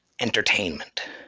entertainment